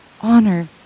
Honor